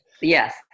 Yes